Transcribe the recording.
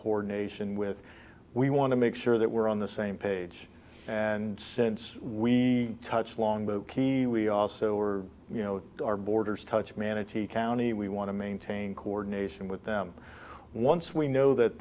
coordination with we want to make sure that we're on the same page and since we touch longboat key we also or you know our borders touch manatee county we want to maintain coordination with them once we know that